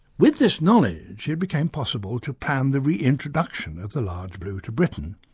with this knowledge it became possible to plan the reintroduction of the large blue to britain.